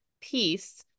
peace